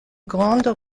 grande